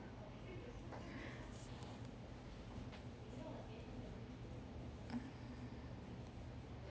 uh